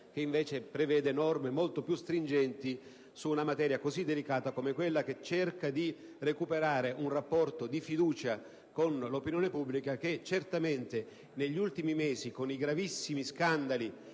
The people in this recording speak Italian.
che invece prevede norme molto più stringenti su una materia così delicata, cercando anche di recuperare un rapporto di fiducia con l'opinione pubblica che certamente negli ultimi mesi, dopo i gravissimi scandali